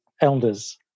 elders